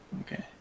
Okay